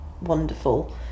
wonderful